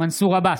מנסור עבאס,